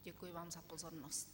Děkuji vám za pozornost.